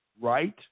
right